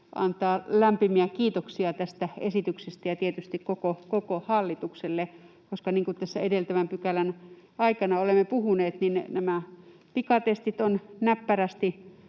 lämpimiä kiitoksia tästä esityksestä ja tietysti koko hallitukselle, koska niin kuin tässä edeltävän pykälän aikana olemme puhuneet, nämä pikatestit ovat näppärästi